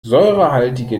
säurehaltige